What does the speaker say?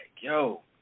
yo